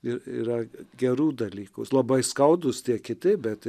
ir yra gerų dalykų labai skaudūs tie kiti bet